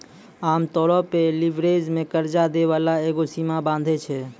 आमतौरो पे लीवरेज मे कर्जा दै बाला एगो सीमा बाँधै छै